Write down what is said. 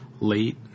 late